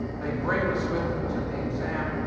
they bring this with them to the exam,